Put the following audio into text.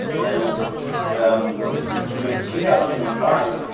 and um in two thousand and five,